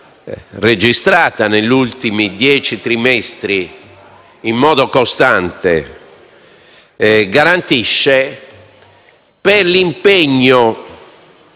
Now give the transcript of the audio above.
registrata negli ultimi dieci trimestri in modo costante garantisce, per l'impegno